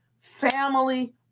family